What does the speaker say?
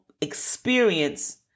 experience